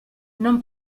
non